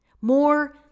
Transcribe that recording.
More